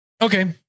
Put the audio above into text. Okay